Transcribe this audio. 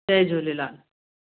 Jay Jhulelal